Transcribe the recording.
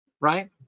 right